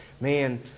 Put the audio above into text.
man